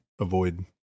avoid